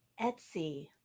Etsy